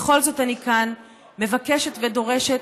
בכל זאת אני כאן, מבקשת ודורשת: